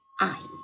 eyes